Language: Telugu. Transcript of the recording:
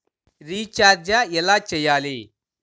రిచార్జ ఎలా చెయ్యాలి?